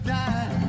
die